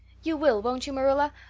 you will, won't you, marilla?